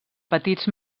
petits